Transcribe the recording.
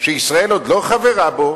שישראל עוד לא חברה בו